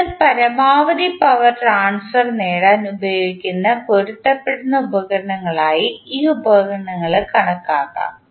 അതിനാൽ പരമാവധി power transfer നേടാൻ ഉപയോഗിക്കുന്ന പൊരുത്തപ്പെടുന്ന ഉപകരണങ്ങളായി ഈ ഉപകരണങ്ങള് കണക്കാക്കാം